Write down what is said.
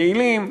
יעילים,